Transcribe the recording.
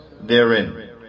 therein